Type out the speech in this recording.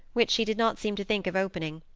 which she did not seem to think of opening.